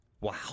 wow